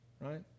right